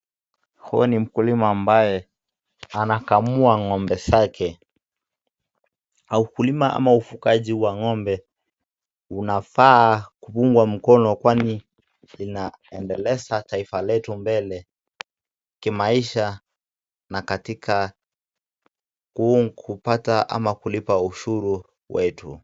Huu ni mkulima ambaye anakamua ng'ombe zake. Ukulima ama ufungaji wa ng'ombe unafaa kuungwa mkono kwani linaendeleza taifa letu mbele kimaisha na katika kupata ama kulipa ushuru wetu.